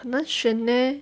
很难选 leh